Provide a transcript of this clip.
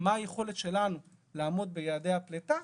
מה היכולת שלנו לעמוד ביעדי הפליטה.